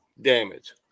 damage